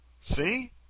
See